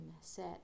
set